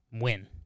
win